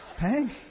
thanks